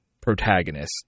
protagonist